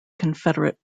confederate